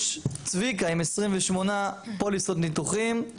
יש צביקה עם 28 פוליסות ניתוחים,